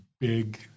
big